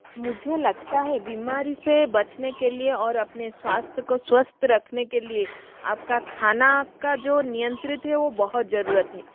मुझे लगता है बिमारी से बचने के लिए और अपने स्वास्थ्य को स्वस्थ रखने के लिए आप का खाना का जो नियंत्रित है वो बहुत ज़रूरत है